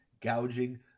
gouging